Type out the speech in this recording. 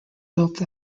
built